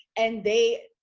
and they,